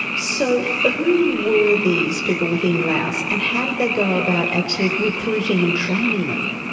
so who were these people within laos and how did they go about actually recruiting and training them?